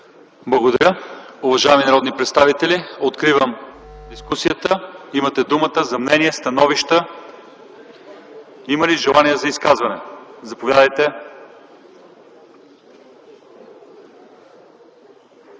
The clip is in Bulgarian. Благодаря. Уважаеми народни представители, откривам дискусията. Имате думата за мнения и становища. Има ли желания за изказвания? Заповядайте.